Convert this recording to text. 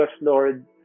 Lord